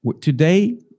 Today